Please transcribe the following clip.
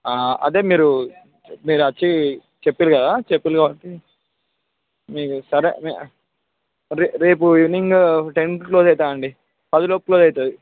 అదే మీరు మీరు వచ్చి చెప్పారు కదా చెప్పారు కాబట్టి మీ సరే రే రేపు ఈవినింగ్ టెన్కి క్లోజ్ అవుతుందండి పది లోపు క్లోజ్ అవుతుంది